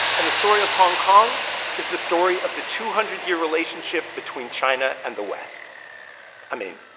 and the story of hong kong is the story of the two hundred year relationship between china and the west i mean,